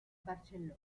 barcellona